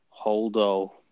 Holdo